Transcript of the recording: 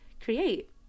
create